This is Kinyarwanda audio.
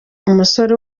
umusore